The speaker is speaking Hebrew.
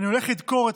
אני הולך לדקור אתכם,